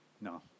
No